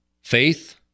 faith